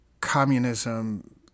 communism